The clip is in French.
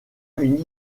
une